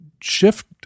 shift